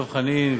דב חנין,